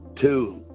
two